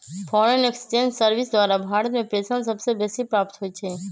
foreign exchange service द्वारा भारत में प्रेषण सबसे बेसी प्राप्त होई छै